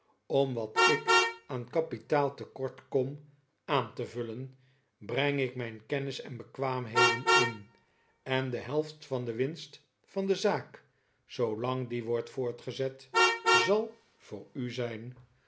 om wat ik aan kapitaal te kort kom aan te vullen breng ik mijn kennis en bekwaamheden in en de helft van de winst van de zaak zoolang die wordt voortgezet zal voor u zijn